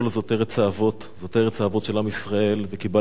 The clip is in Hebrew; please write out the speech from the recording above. זאת ארץ האבות של עם ישראל וקיבלנו אותה לנחלה מהקדוש-ברוך-הוא.